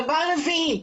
דבר רביעי,